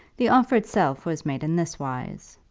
the offer itself was made in this wise.